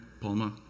Palma